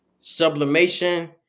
sublimation